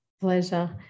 Pleasure